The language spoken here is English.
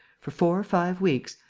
for four or five weeks,